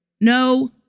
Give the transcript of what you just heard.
No